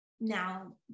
now